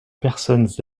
personnes